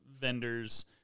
vendors